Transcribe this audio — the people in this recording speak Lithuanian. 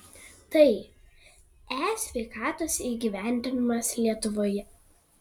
tai e sveikatos įgyvendinimas lietuvoje